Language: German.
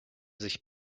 sich